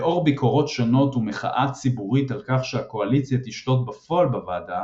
לאור ביקורות שונות ומחאה ציבורית על כך שהקואליציה תשלוט בפועל בוועדה,